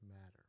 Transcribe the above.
matter